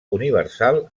universal